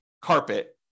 carpet